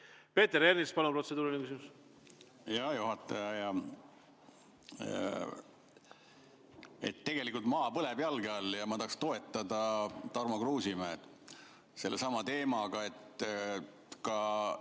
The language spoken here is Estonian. Peeter Ernits, palun, protseduuriline küsimus! Hea juhataja! Tegelikult maa põleb jalge all ja ma tahaks toetada Tarmo Kruusimäed sellesama teemaga, et ka